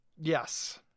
Yes